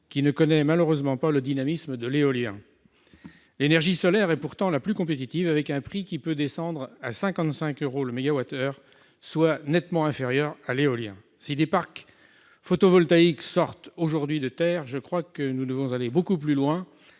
qui ne connaît malheureusement pas le dynamisme de celle de l'éolien. L'énergie solaire est pourtant la plus compétitive, avec un prix qui peut descendre à 55 euros le mégawattheure, soit un coût nettement inférieur à celui de l'éolien. Si des parcs photovoltaïques sortent aujourd'hui de terre, je crois que nous devons aller beaucoup plus loin